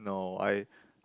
no I